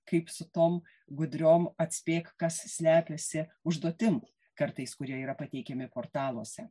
kaip su tom gudriom atspėk kas slepiasi užduotim kartais kurie yra pateikiami portaluose